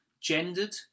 gendered